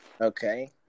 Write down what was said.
Okay